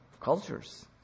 cultures